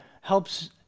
helps